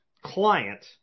client